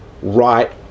right